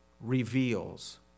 reveals